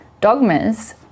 dogmas